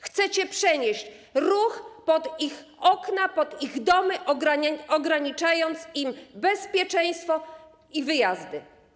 Chcecie przenieść ruch pod ich okna, pod ich domy, ograniczając im bezpieczeństwo i wyjazdy.